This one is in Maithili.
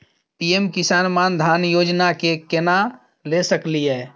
पी.एम किसान मान धान योजना के केना ले सकलिए?